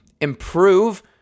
improve